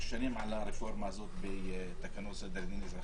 שנים על הרפורמה הזאת בתקנות סדר הדין האזרחי.